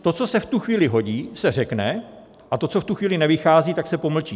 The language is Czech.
To, co se v tu chvíli hodí, se řekne, a to, co v tu chvíli nevychází, se pomlčí.